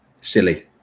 Silly